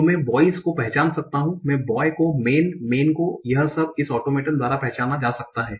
तो मैं बोयस को पहचान सकता हूं मैं बॉय को men man को यह सब इस ऑटोमेटन द्वारा पहचाना जा सकता है